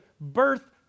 birth